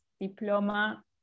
Diploma